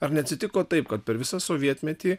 ar neatsitiko taip kad per visą sovietmetį